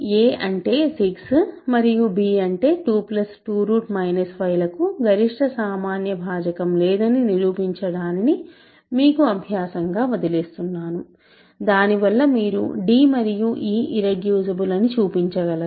a అంటే 6 మరియు b అంటే 22 5 లకు గరిష్ట సామాన్య భాజకం లేదని నిరూపించడానిని మీకు అభ్యాసంగా వదిలేస్తున్నాను దాని వల్ల మీరు d మరియు e ఇర్రెడ్యూసిబుల్ అని చూపించగలరు